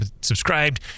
subscribed